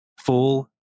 full